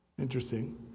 interesting